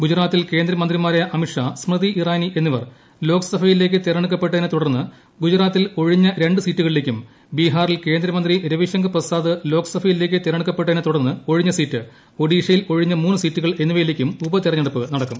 ഗുജറാത്തിൽ കേന്ദ്രമന്ത്രി മാരായ അമിത്ഷാ സ്മൃതി ഇറാനി എന്നിവർ ലോക്സഭയിലേയ്ക്ക് തെരഞ്ഞെ ടുക്കപ്പെട്ടതിനെ തുടർന്ന് ഗുജറാത്തിൽ ഒഴിഞ്ഞ രണ്ട് സീറ്റുകളിലേയ്ക്കും ബിഹാറിൽ കേന്ദ്രമന്ത്രി രവിശങ്കർ പ്രസാദ് ലോക്സഭയിലേയ്ക്ക് തെരഞ്ഞെടു ക്കപ്പെട്ടതിനെ തുടർന്ന് ഒഴിഞ്ഞ സീറ്റ് ഒഡീഷയിൽ ഒഴിഞ്ഞ മൂന്ന് സീറ്റുകൾ എന്നിവയിലേയ്ക്കും ഉപതെരഞ്ഞെടുപ്പ് നടക്കും